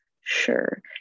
sure